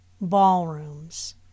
ballrooms